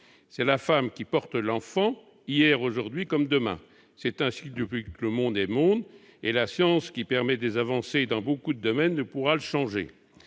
C'est la femme qui porte l'enfant, aujourd'hui comme hier et comme demain. C'est ainsi depuis que le monde est monde, et la science, qui permet des avancées dans beaucoup de domaines, ne pourra le changer.